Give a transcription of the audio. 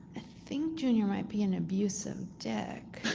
think junior might be an abusive dick.